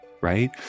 right